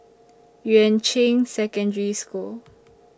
Yuan Ching Secondary School